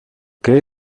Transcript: qué